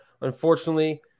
unfortunately